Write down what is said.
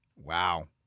Wow